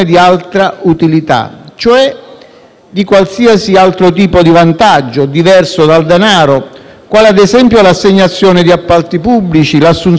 di qualsiasi altro tipo di vantaggio diverso dal denaro, quale ad esempio l'assegnazione di appalti pubblici, l'assunzione di lavoratori e così via.